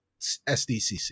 SDCC